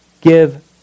give